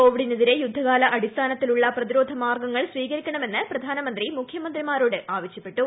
കോവിഡിനെതിരെ യുദ്ധകാല അടിസ്ഥാനത്തിനുള്ള പ്രതിരോധമാർഗങ്ങൾ സ്വീകരിക്കണമെന്ന് പ്രധാമന്ത്രി മുഖ്യമന്ത്രിമാരോട് ആവശ്യപ്പെട്ടു